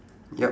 ya